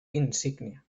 insignia